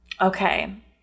Okay